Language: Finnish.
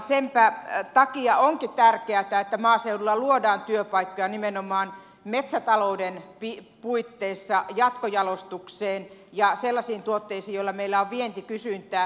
senpä takia onkin tärkeätä että maaseudulla luodaan työpaikkoja nimenomaan metsätalouden puitteissa jatkojalostukseen ja sellaisiin tuotteisiin joille meillä on vientikysyntää